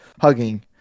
hugging